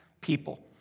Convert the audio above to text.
people